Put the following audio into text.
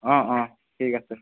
অঁ অঁ ঠিক আছে